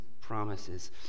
promises